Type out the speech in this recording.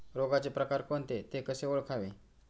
रोगाचे प्रकार कोणते? ते कसे ओळखावे?